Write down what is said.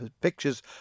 pictures